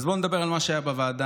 אז בואו נדבר על מה שהיה בוועדה.